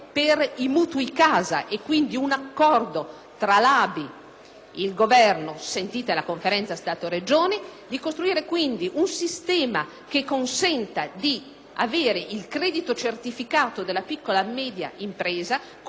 il Governo, sentita la Conferenza Stato-Regioni, un sistema che consenta di avere il credito certificato della piccola e media impresa come strumento per avere scontato in banca - che oggi inizia